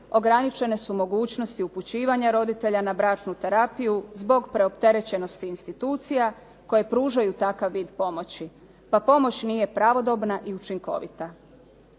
ograničene su mogućnosti upućivanja roditelja na bračnu terapiju zbog preopterećenosti institucija koje pružaju takav vid pomoći, pa moć nije pravodobna i učinkovita.